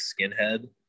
skinhead